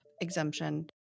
exemption